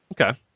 okay